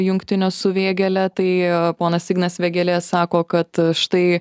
jungtinio su vėgėle tai ponas ignas vėgėlė sako kad štai